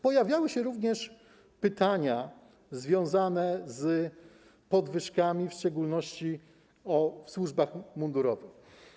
Pojawiały się również pytania związane z podwyżkami, w szczególności w służbach mundurowych.